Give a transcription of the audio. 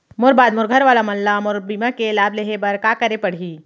मोर बाद मोर घर वाला मन ला मोर बीमा के लाभ लेहे बर का करे पड़ही?